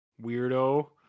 weirdo